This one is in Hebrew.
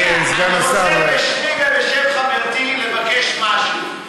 אני רוצה בשמי ובשם חברתי לבקש משהו.